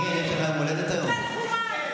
אני רוצה לשמוע אם היו דברי טעם.